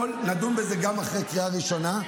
נדון בזה גם אחרי קריאה ראשונה.